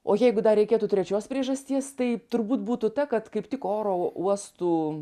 o jeigu dar reikėtų trečios priežasties tai turbūt būtų ta kad kaip tik oro uostų